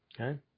Okay